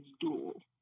dual